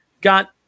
got